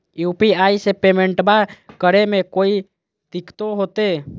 UPI से पेमेंटबा करे मे कोइ दिकतो होते?